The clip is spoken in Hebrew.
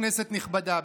כנסת נכבדה,